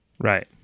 Right